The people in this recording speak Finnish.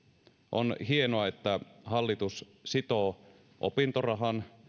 on hienoa että hallitus sitoo opintorahan